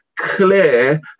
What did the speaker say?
clear